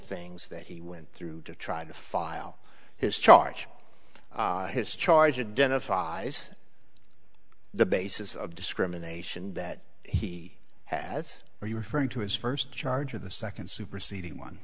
things that he went through to try to file his charge his charge a den of five the basis of discrimination that he has are you referring to his first charge of the second superseding one